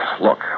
look